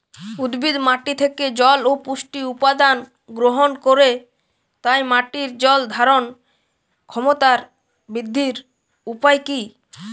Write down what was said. উদ্ভিদ মাটি থেকে জল ও পুষ্টি উপাদান গ্রহণ করে তাই মাটির জল ধারণ ক্ষমতার বৃদ্ধির উপায় কী?